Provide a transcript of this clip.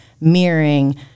mirroring